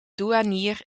douanier